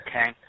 Okay